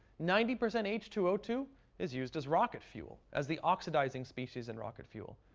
ninety percent h two o two is used as rocket fuel, as the oxidizing species in rocket fuel.